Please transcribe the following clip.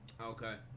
Okay